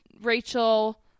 Rachel